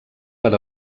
per